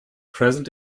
present